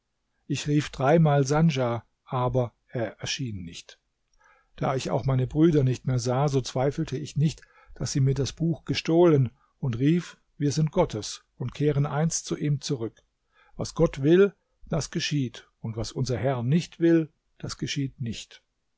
ich rief dreimal sandja aber er erschien nicht da ich auch meine brüder nicht mehr sah so zweifelte ich nicht daß sie mir das buch gestohlen und rief wir sind gottes und kehren einst zu ihm zurück was gott will das geschieht und was unser herr nicht will das geschieht nicht